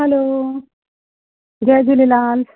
हलो जय झूलेलाल